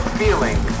feeling